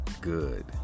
good